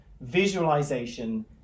visualization